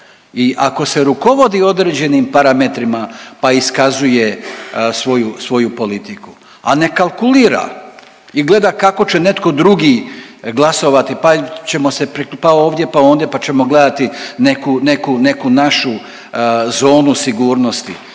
i ako se rukovodi određenim parametrima pa iskazuje svoju, svoju politiku, a ne kalkulira i gleda kako će netko drugi glasovati pa ćemo se, pa ovdje pa ondje pa ćemo gledati neku, neku našu zonu sigurnosti.